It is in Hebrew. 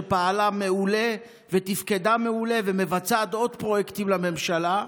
שפעלה מעולה ותפקדה מעולה ומבצעת עוד פרויקטים לממשלה.